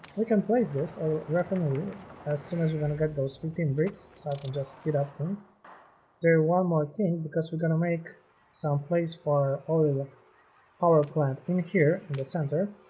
we can place this or roughly as soon as we're gonna get those fifteen bricks so i can just get up from there one more thing because we're gonna make some place for oliver power plant in here in the center